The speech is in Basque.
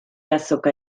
azoka